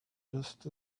just